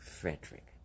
Frederick